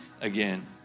again